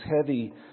heavy